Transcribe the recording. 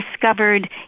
discovered